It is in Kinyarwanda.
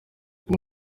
uyu